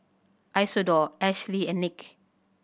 Isidore Ashlea and Nick